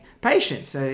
patients